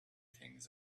things